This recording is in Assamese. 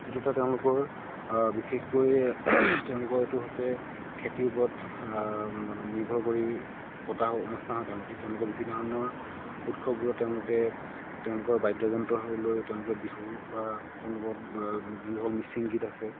সেইটোতে তেওঁলোকৰ বিশেষকৈ তেওঁলোকৰ এইটো হৈছে খেতিৰ ওপৰত মানে নিৰ্ভৰ কৰি পতা অনুষ্ঠান হয় তেওঁলোকে তেওঁলোকে বিভিন্ন ধৰণৰ উৎসৱবোৰত তেওঁলোকে তেওঁলোকৰ বাদ্য যন্ত্ৰসকল লৈ তেওঁলোকে বিহু বা তেওঁলোকৰ যিসমূহ মিচিং গীত আছে